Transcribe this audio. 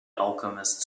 alchemist